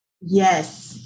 Yes